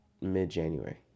mid-January